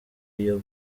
iyo